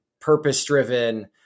purpose-driven